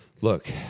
Look